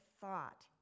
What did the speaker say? thought